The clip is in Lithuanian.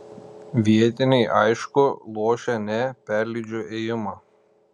vietiniai aišku lošia ne perleidžiu ėjimą